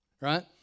right